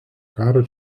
karo